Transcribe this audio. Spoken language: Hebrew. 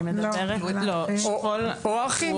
או אחים.